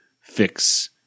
fix